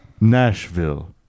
Nashville